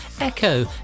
Echo